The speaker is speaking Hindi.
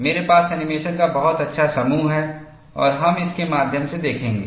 मेरे पास एनिमेशन का बहुत अच्छा समूह है और हम इसके माध्यम से देखेंगे